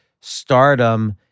stardom